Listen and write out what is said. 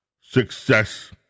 success